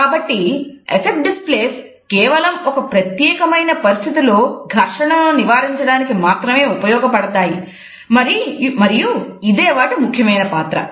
కాబట్టి అఫక్ట్ డిస్ప్లేస్ కేవలం ఒక ప్రత్యేకమైన పరిస్థితిలో ఘర్షణను నివారించడానికి మాత్రమే ఉపయోగపడతాయి మరియు ఇదే వాటి ముఖ్యమైన పాత్ర